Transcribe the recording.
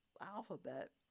alphabet